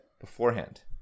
beforehand